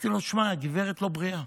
אמרתי לו: שמע, הגברת לא בריאה,